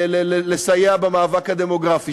לסייע במאבק הדמוגרפי